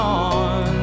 on